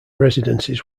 residences